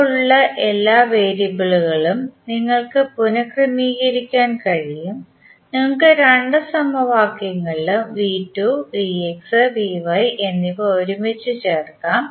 പോലുള്ള എല്ലാ വേരിയബിളുകളും നിങ്ങൾക്ക് പുനക്രമീകരിക്കാൻ കഴിയും നിങ്ങൾക്ക് രണ്ട് സമവാക്യങ്ങളിലും എന്നിവ ഒരുമിച്ച് ചേർക്കാം